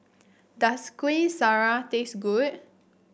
does Kueh Syara taste good